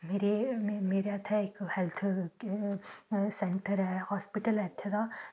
मेरा इत्थें इक्क हेल्थ सेंटर ऐ हॉस्पि्टल ऐ इत्थें दा